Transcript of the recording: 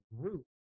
group